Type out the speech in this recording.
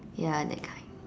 ya that kind